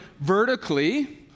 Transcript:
vertically